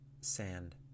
Sand